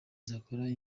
nzakoresha